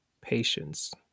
patience